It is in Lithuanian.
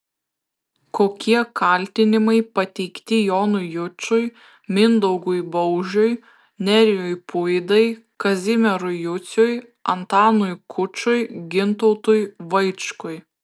kokie kaltinimai pateikti jonui jučui mindaugui baužiui nerijui puidai kazimierui juciui antanui kučui gintautui vaičkui